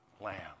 lamb